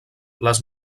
les